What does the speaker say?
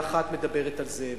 ואחת מדברת על זה,